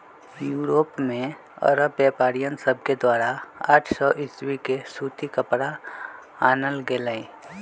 Europe में अरब व्यापारिय सभके द्वारा आठ सौ ईसवी में सूती कपरा आनल गेलइ